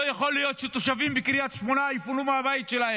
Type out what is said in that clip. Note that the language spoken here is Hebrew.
לא יכול להיות שתושבים בקריית שמונה יפונו מהבית שלהם.